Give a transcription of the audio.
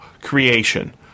creation